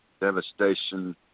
devastation